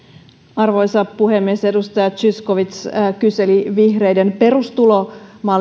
arvoisa puhemies edustaja zyskowicz kyseli vihreiden perustulomallin